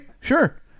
sure